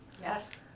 yes